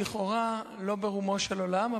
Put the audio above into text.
לכאורה לא ברומו של עולם,